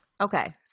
Okay